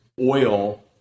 oil